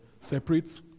separate